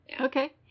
Okay